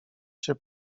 się